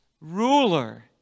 Ruler